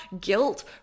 guilt